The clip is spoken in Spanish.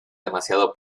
demasiado